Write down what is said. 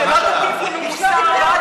שלא תטיף לי מוסר.